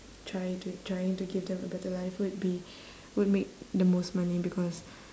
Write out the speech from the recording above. try to trying to give them a better life would be would make the most money because